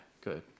Good